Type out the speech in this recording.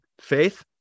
faith